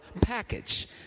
package